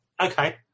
Okay